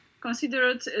considered